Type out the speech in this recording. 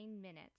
minutes